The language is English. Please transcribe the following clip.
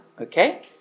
okay